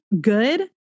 good